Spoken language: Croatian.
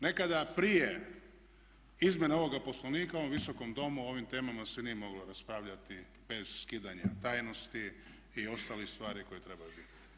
Nekada prije izmjena ovog Poslovnika u ovom visokom domu o ovim temama se nije moglo raspravljati bez skidanja tajnosti i ostalih stvari koje trebaju biti.